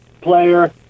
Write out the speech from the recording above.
player